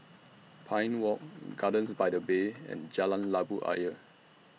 Pine Walk Gardens By The Bay and Jalan Labu Ayer